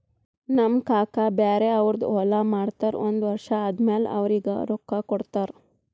ನಮ್ ಕಾಕಾ ಬ್ಯಾರೆ ಅವ್ರದ್ ಹೊಲಾ ಮಾಡ್ತಾರ್ ಒಂದ್ ವರ್ಷ ಆದಮ್ಯಾಲ ಅವ್ರಿಗ ರೊಕ್ಕಾ ಕೊಡ್ತಾರ್